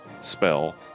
spell